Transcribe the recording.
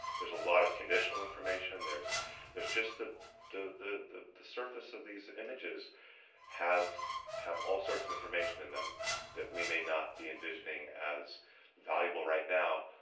there's a lot of conditional information, there's there's just the the the the surface of these images have have all sorts of information in them that we may not be envisioning as valuable right now,